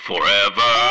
Forever